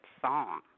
song